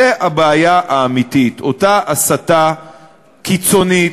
זו הבעיה האמיתית: אותה הסתה קיצונית,